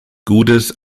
gutes